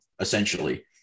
essentially